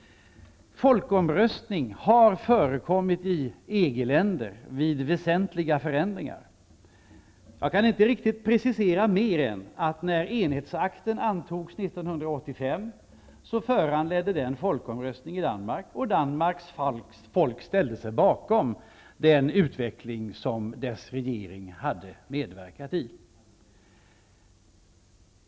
Folkomröstningar har förekommit i EG-länder vid väsentliga förändringar. Jag kan inte precisera mer än att när enhetsakten antogs 1985 föranledde den folkomröstning i Danmark. Danmarks folk ställde sig bakom den utveckling som regeringen hade medverkat i.